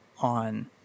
on